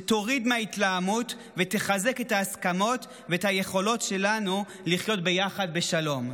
שתוריד מההתלהמות ותחזק את ההסכמות ואת היכולות שלנו לחיות ביחד בשלום.